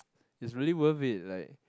it's really worth it like